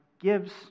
gives